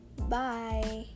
Bye